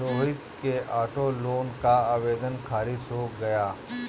रोहित के auto loan का आवेदन खारिज हो गया